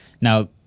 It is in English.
now